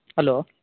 hello